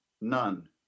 none